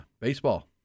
baseball